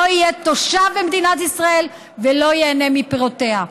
לא יהיה תושב במדינת ישראל ולא ייהנה מפירותיה.